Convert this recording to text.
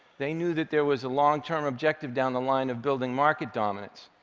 they knew that there was a long-term objective down the line, of building market dominance.